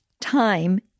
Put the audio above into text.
time